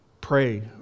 pray